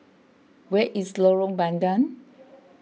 where is Lorong Bandang